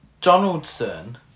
Donaldson